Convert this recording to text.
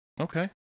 Okay